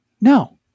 No